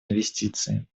инвестиций